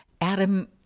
Adam